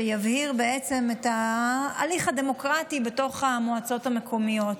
שיבהיר את ההליך הדמוקרטי במועצות המקומיות,